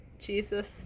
Jesus